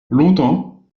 longtemps